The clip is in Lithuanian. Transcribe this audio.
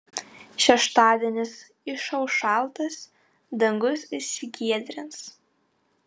šeštadienis išauš šaltas dangus išsigiedrins